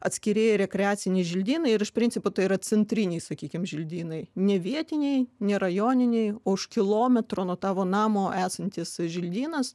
atskiri rekreaciniai želdynai ir iš principo tai yra centriniai sakykim želdynai ne vietiniai ne rajoniniai už kilometro nuo tavo namo esantis želdynas